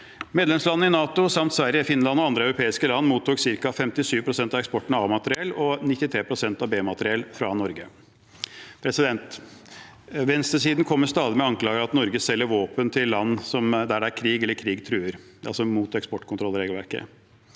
Medlemslandene i NATO samt Sverige, Finland og andre europeiske land mottok ca. 57 pst. av eksporten av A-materiell og 93 pst. av eksporten av B-materiell fra Norge. Venstresiden kommer stadig med anklager om at Norge selger våpen til land hvor det er krig, eller hvor krig truer, som altså er imot eksportkontrollregelverket